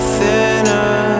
thinner